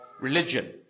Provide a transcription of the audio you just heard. religion